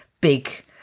big